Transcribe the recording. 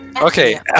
Okay